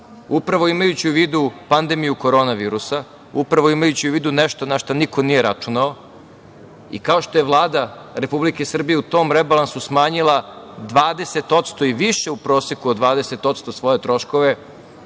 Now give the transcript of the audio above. upravo imajući u vidu pandemiju korona virusa, upravo imajući u vidu nešto na šta niko nije računao i kao što je Vlada Republike Srbije u tom rebalansu smanjila 20% i više u proseku od 20% svoje troškove,